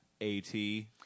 A-T